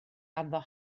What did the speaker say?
ganddo